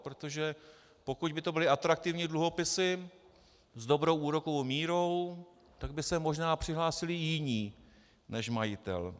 Protože pokud by to byly atraktivní dluhopisy s dobrou úrokovou mírou, tak by se možná přihlásili i jiní než majitel.